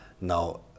now